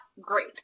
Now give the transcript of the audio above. great